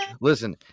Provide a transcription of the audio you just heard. listen